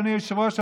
אדוני היושב-ראש,